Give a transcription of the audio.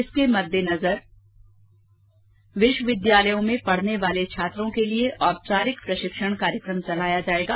इसके मद्दे नजर विश्वविद्यालयों में पढने वाले छात्रों के लिए औपचारिक प्रशिक्षण कार्यकम चलाया जाएगा